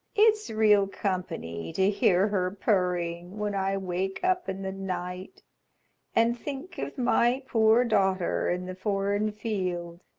it's real company to hear her purring when i wake up in the night and think of my poor daughter in the foreign field.